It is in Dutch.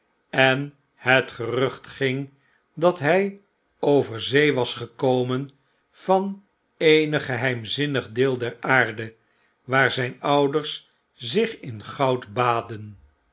en het gerucht ging dat hij over zee was gekomen van eenig geheimzinnig deel der aarde waar zyn ouders zich in goud baadden